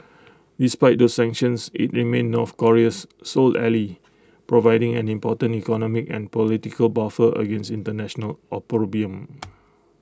despite the sanctions IT remains north Korea's sole ally providing an important economic and political buffer against International opprobrium